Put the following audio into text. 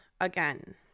again